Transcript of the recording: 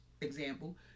example